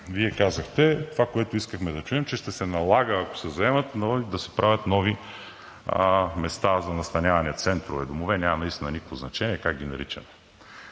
Вие казахте това, което искахме да чуем, че ще се налага, ако се заемат, да се правят нови места за настаняване – центрове, домове, няма никакво значение как ги наричаме.